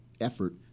effort